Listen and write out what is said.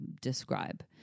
describe